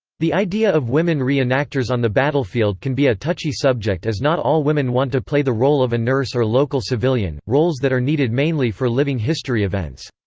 the idea of women re-enactors on the battlefield can be a touchy subject as not all women want to play the role of a nurse or local civilian roles that are needed mainly for living history events.